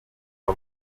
aba